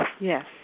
Yes